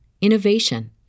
innovation